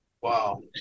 wow